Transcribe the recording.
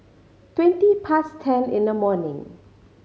twenty past ten in the morning